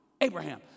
Abraham